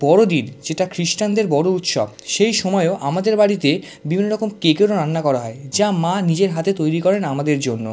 বড়ো দিন যেটা খ্রিস্টানদের বড়ো উৎসব সেই সময়ও আমাদের বাড়িতে বিভিন্ন রকম কেকেরও রান্না করা হয় যা মা নিজের হাতে তৈরি করেন আমাদের জন্য